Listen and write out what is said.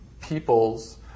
peoples